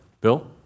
Bill